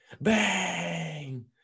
Bang